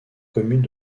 communes